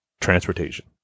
transportation